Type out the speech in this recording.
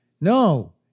No